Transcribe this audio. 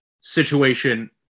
situation